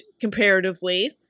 comparatively